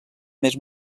més